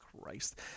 Christ